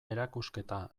erakusketa